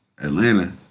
Atlanta